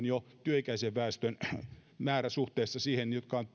jo yli sadan työikäisen väestön määrä suhteessa niihin jotka ovat